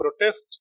protest